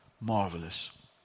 Marvelous